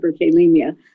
hyperkalemia